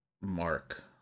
mark